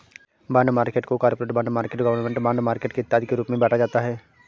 bond market को corporate bond market government bond market इत्यादि के रूप में बांटा जाता है